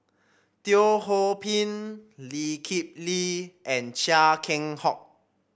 Teo Ho Pin Lee Kip Lee and Chia Keng Hock